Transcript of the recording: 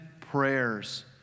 prayers